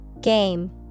Game